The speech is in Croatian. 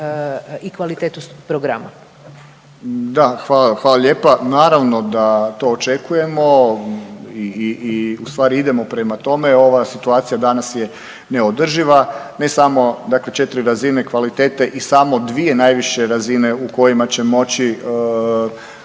**Paljak, Tomislav** Da, hvala lijepa. Naravno da to očekujemo i ustvari idemo prema tome, ova situacija danas je neodrživa, ne samo dakle četiri razine kvalitete i samo dvije najviše razine u kojima će moći